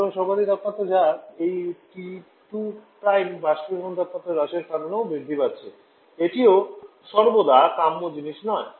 সুতরাং সর্বাধিক তাপমাত্রা যা এই TE2 বাষ্পীভবন তাপমাত্রা হ্রাসের কারণেও বৃদ্ধি পাচ্ছে এটিও সর্বদা কাম্য জিনিস নয়